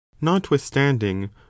notwithstanding